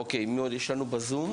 אוקי, מי עוד יש לנו בזום?